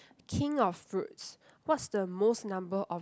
king of fruits what's the most number of